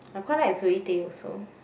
I quite like Zoey-Tay also